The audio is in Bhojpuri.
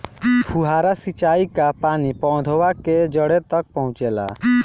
फुहारा सिंचाई का पानी पौधवा के जड़े तक पहुचे ला?